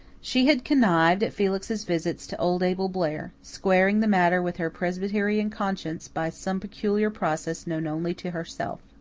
she had connived at felix's visits to old abel blair, squaring the matter with her presbyterian conscience by some peculiar process known only to herself.